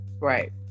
right